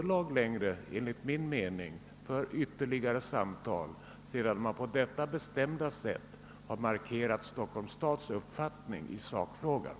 Enligt min mening finns det inte underlag för ytterligare samtal, sedan Stockholmnis stad på detta bestämda sätt har markerat sin uppfattning i sakfrågan.